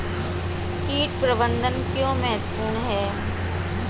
कीट प्रबंधन क्यों महत्वपूर्ण है?